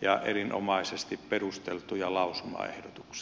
ja erinomaisesti perusteltuja lausumaehdotuksia